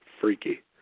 freaky